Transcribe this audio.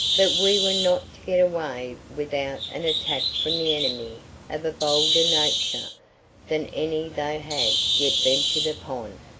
but we were not to get away without an attack from the enemy of a bolder nature than any they had yet ventured upon.